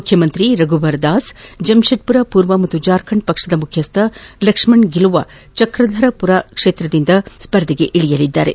ಮುಖ್ಯಮಂತ್ರಿ ರಘುಬರ್ ದಾಸ್ ಜಮ್ಶೆಡ್ದುರ ಪೂರ್ವ ಮತ್ತು ಜಾರ್ಖಂಡ್ ಪಕ್ಷದ ಮುಖ್ಯಸ್ವ ಲಕ್ಷ್ಮಣ್ ಗಿಲುವಾ ಚಕ್ರಾಧರಪುರ ಕ್ಷೇತ್ರದಿಂದ ಸ್ವರ್ಧಿಸಲಿದ್ದಾರೆ